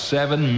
Seven